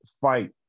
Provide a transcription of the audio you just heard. fight